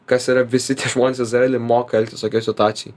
kas yra visi tie žmonės izraely moka elgtis tokioj situacijoj